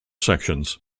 sections